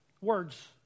words